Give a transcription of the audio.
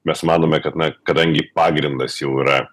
mes manome kad na kadangi pagrindas jau yra